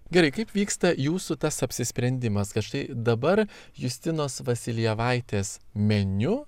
gerai kaip vyksta jūsų tas apsisprendimas kad štai dabar justinos vasiljevaitės meniu